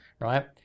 Right